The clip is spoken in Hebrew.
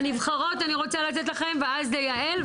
"נבחרות" אני רוצה לתת לכם ואז יעל.